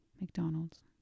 mcdonald's